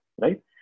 right